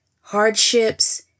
hardships